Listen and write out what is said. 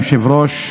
אדוני היושב-ראש,